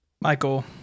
Michael